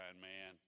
man